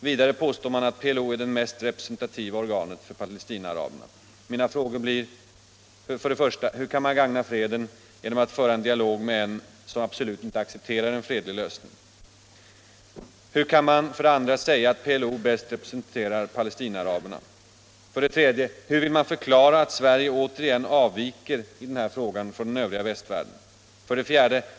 Vidare påstår man att PLO är det mest representativa organet för palestinaaraberna. Mina frågor blir: 1. Hur kan man gagna freden genom att föra en dialog med den som absolut inte accepterar en fredlig lösning? 2. Hur kan man säga att PLO bäst representerar palestinaaraberna? 3. Hur vill man förklara att Sverige återigen avviker i den här frågan från den övriga västvärlden? 4.